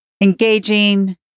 engaging